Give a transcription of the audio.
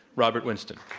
robert winston.